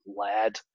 lad